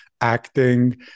acting